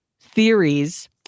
theories